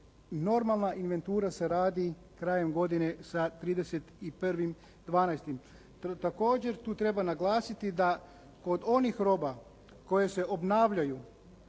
normalna inventura se radi krajem godine sa 31.12. Također tu treba naglasiti da kod onih roba koje se obnavljaju,